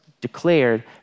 declared